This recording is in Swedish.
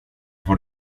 får